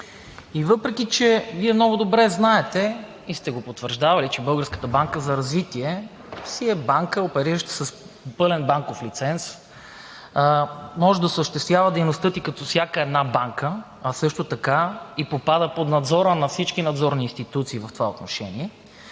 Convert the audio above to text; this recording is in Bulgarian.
Въпреки че Вие много добре знаете и сте го потвърждавали, че Българската банка за развитие е банка, оперираща с пълен банков лиценз, може да осъществява дейност като всяка една банка, а също така и попада под надзора на всички надзорни институции в това отношение,